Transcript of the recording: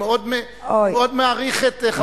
אני מאוד מעריך את חברת הכנסת אורלי,